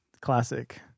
classic